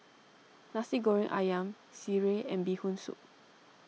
Nasi Goreng Ayam Sireh and Bee Hoon Soup